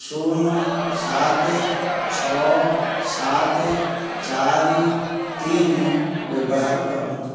ଶୂନ ସାତ ଛଅ ସାତ ଚାରି ତିନି ବ୍ୟବହାର କରନ୍ତୁ